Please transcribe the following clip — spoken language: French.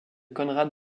conrad